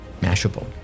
Mashable